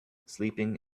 sleeping